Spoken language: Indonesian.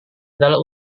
adalah